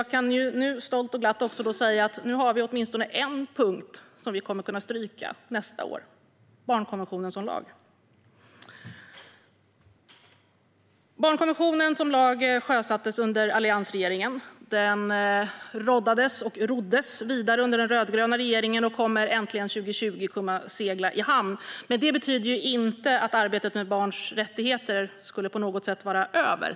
Nu kan jag också stolt och glatt säga att vi har åtminstone en punkt som vi kommer att kunna stryka nästa år: barnkonventionen som lag. Förslaget om barnkonventionen som lag sjösattes under alliansregeringen, roddes vidare under den rödgröna regeringen och kommer 2020 äntligen att segla i hamn. Men det betyder ju inte att arbetet med barns rättigheter på något sätt skulle vara över.